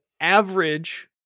average